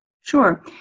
Sure